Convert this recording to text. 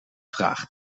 vraag